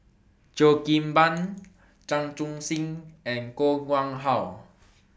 Cheo Kim Ban Chan Chun Sing and Koh Nguang How